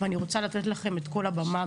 ואני רוצה לתת לכם את כל הבמה,